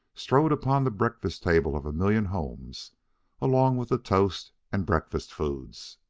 strode upon the breakfast table of a million homes along with the toast and breakfast foods.